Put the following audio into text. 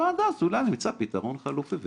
עד אז אולי נמצא פתרון חלופי,